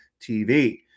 TV